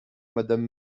madame